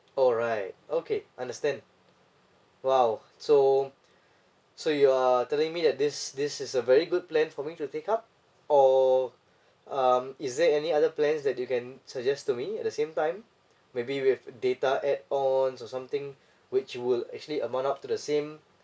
alright okay understand !wow! so so you are telling me that this this is a very good plan for me to take up or um is there any other plans that you can suggest to me at the same time maybe with data add on or something which will actually amount up to the same